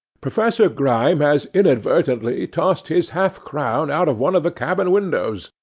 professor grime has inadvertently tossed his half-crown out of one of the cabin-windows,